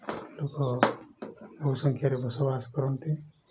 ଲୋକ ବହୁ ସଂଖ୍ୟାରେ ବସବାସ କରନ୍ତି